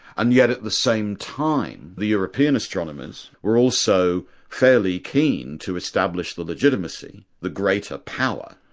and yet at the same time, the european astronomers were also fairly keen to establish the legitimacy, the greater power,